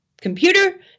computer